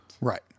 Right